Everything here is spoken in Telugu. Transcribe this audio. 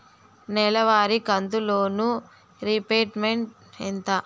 నెలవారి కంతు లోను రీపేమెంట్ ఎంత?